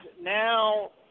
now